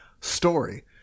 story